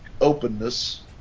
openness